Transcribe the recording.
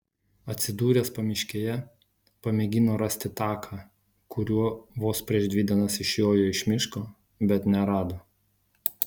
atsidūręs pamiškėje pamėgino rasti taką kuriuo vos prieš dvi dienas išjojo iš miško bet nerado